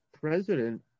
president